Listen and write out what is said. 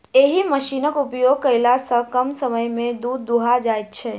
एहि मशीनक उपयोग कयला सॅ कम समय मे दूध दूहा जाइत छै